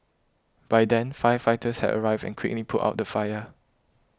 by then firefighters had arrived and quickly put out the fire